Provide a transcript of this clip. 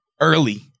early